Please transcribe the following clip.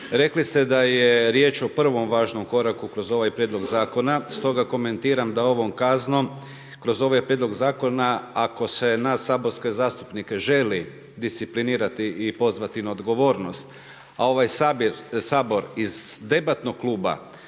Rekli ste da je riječ o prvom važnom koraku kroz ovaj prijedlog zakona, stog komentiram da ovom kaznom kroz ovaj prijedlog zakona ako se nas saborske zastupnike želi disciplinirati i pozvati na odgovornost a ovaj Sabor iz debatnog kluba